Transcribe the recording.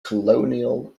colonial